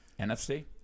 NFC